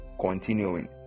continuing